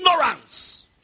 Ignorance